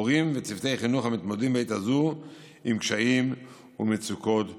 הורים וצוותי חינוך המתמודדים בעת הזאת עם קשיים ומצוקות רגשיות.